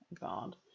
god